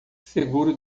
seguro